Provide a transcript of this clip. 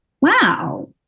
Wow